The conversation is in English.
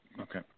Okay